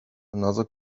another